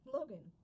Logan